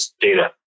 data